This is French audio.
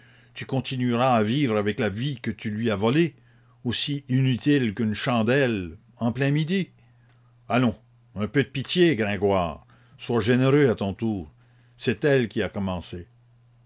tu continueras à vivre avec la vie que tu lui as volée aussi inutile qu'une chandelle en plein midi allons un peu de pitié gringoire sois généreux à ton tour c'est elle qui a commencé